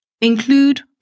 include